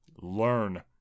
Learn